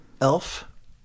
Elf